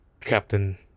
Captain